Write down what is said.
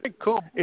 Cool